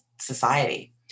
society